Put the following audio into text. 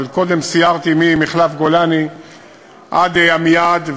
אבל קודם סיירתי ממחלף גולני עד עמיעד,